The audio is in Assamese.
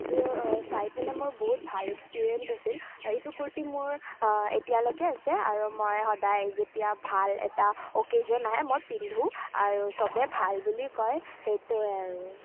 এইটো চাইপিনে মোৰ বহুত ভাল এক্সপেৰিয়েন্স আছিল এইটো কূৰ্তি মোৰ এতিয়ালৈকে আছে আৰু মই সদায় যেতিয়া ভাল এটা অকেজন আহে মই পিন্ধোঁ আৰু সবেই ভাল বুলি কয় সেইটোৱে আৰু